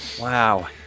Wow